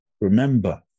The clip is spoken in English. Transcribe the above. Remember